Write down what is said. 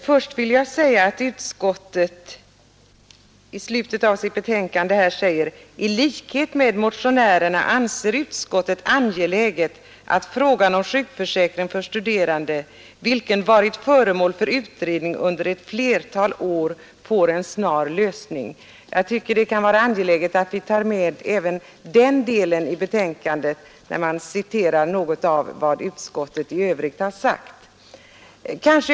Först vill jag påpeka att utskottet i slutet av sitt betänkande säger: ”I likhet med motionärerna anser utskottet angeläget att frågan om sjukförsäkring för studerande, vilken varit föremål för utredning under ett flertal år, får en snar lösning.” Jag tycker det är angeläget att ta med även den delen när man citerar något av vad utskottet i övrigt har sagt i betänkandet.